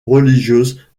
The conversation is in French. religieuses